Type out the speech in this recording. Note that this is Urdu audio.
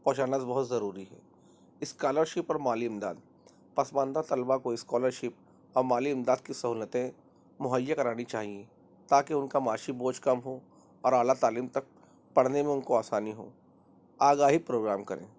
پہنچانا بہت ضروری ہے اسکالرشپ پر مالی امداد پسماندہ طلباء کو اسکالرشپ اور مالی امداد کی سہولتیں مہیا کرانی چاہئیں تاکہ ان کا معاشی بوجھ کم ہو اور اعلیٰ تعلیم تک پڑھنے میں ان کو آسانی ہو آگاہی پروگرام کریں